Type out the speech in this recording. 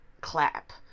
clap